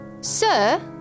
Sir